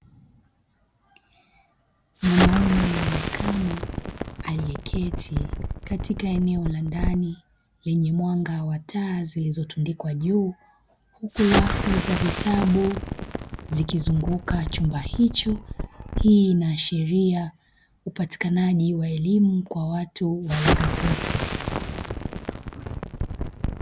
Mwanaume wa makamo alieketi katika eneo la ndani lenye mwanga wa taa zilizotundikwa juu, huku rafu za vitabu zikizunguka chumba hicho. Hii inaashiria upatikanaji wa elimu kwa watu wa rika zote.